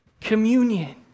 communion